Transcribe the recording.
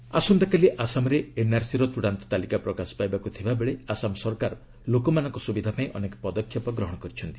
Assam NRC ଆସନ୍ତାକାଲି ଆସାମରେ ଏନ୍ଆର୍ସିର ଚୃଡ଼ାନ୍ତ ତାଲିକା ପ୍ରକାଶ ପାଇବାକୁ ଥିବାବେଳେ ଆସାମ ସରକାର ଲୋକମାନଙ୍କ ସୁବିଧା ପାଇଁ ଅନେକ ପଦକ୍ଷେପ ଗ୍ରହଣ କରିଛନ୍ତି